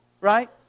right